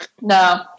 No